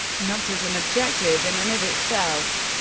not as an objective in and of itself.